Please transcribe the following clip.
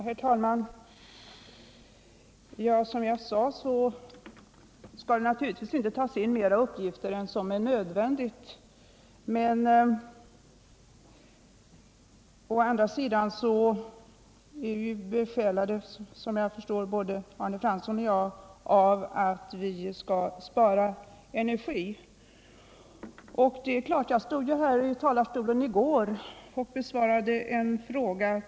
Herr talman! Som jag sade skall det naturligtvis inte tas in mera uppgifter än vad som är nödvändigt, men å andra sidan är, såvitt jag förstår, både Arne Fransson och jag besjälade av ambitionen att spara energi. Jag besvarade i går från denna talarstol en fråga om energihushållningen.